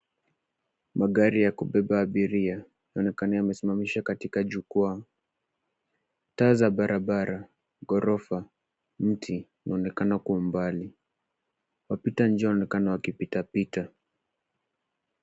Magari ya kubeba abiria yaonekana yamesimamisha katika jukwaa. Taa za barabara, ghorofa, mti, unaonekana kwa umbali. Wapita njia wanaonekana wakipitapita.